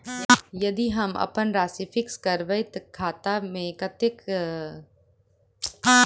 यदि हम अप्पन राशि फिक्स करबै खाता मे तऽ कत्तेक दिनक बाद हमरा राशि प्राप्त होइत?